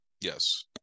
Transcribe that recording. yes